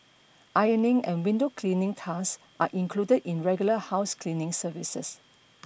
ironing and window cleaning tasks are included in regular house cleaning services